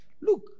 Look